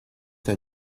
del